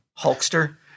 Hulkster